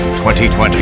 2020